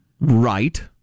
Right